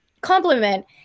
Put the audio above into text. compliment